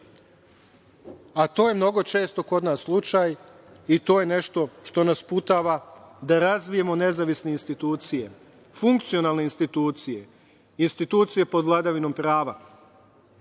a to je mnogo često kod nas slučaj i to je nešto što nas sputava da razvijemo nezavisne institucije, funkcionalne institucije, institucije pod vladavinom prava,